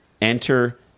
Enter